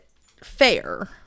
fair